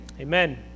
Amen